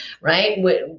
right